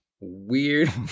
weird